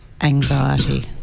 anxiety